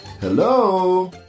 Hello